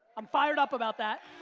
i'm fired up about that.